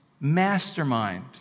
mastermind